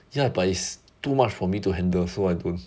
you is too much for me to handle so I don't